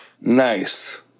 Nice